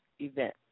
event